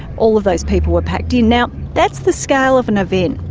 all of those people were packed in. now, that's the scale of an event.